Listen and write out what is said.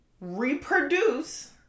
reproduce